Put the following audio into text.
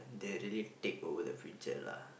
they really take over the future lah